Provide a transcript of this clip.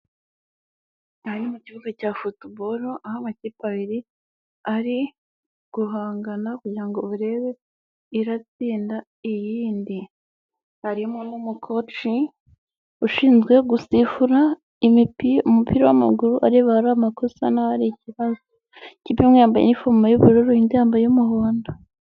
Ari mu kibuga cya Football aho amakipe abiri ari guhangana kugira ngo barebe iratsinda iyindi. Harimo n'umukoci ushinzwe gusifura, umupira w'amaguru areba ahari amakosa n'ahari ikibazo. Ikipe imwe yambaye inifomu y'ubururu indi yambaye iy'umuhondo.